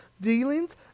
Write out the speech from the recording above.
dealings